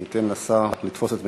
ניתן לשר לתפוס את מקומו.